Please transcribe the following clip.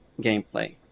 gameplay